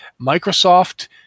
Microsoft